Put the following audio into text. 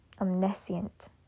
omniscient